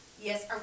Yes